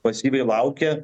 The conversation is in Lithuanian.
pasyviai laukia